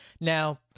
Now